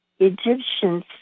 Egyptians